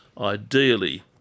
ideally